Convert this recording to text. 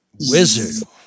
Wizard